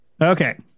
Okay